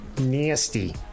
Nasty